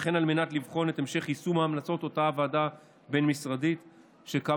וכן על מנת לבחון את המשך יישום המלצות הוועדה הבין-משרדית שקמה